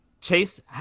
Chase